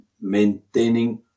maintaining